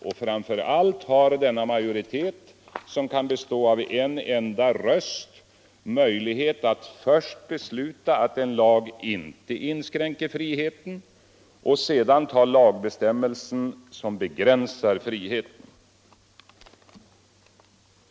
Och framför allt har denna majoritet, som kan bestå av en enda röst, möjlighet att först besluta att en lag inte inskränker friheten och sedan ta lagbestämmelser som begränsar friheten.